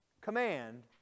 command